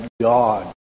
God